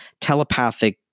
telepathic